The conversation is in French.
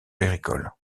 agricole